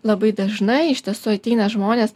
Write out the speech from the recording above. labai dažnai iš tiesų ateina žmonės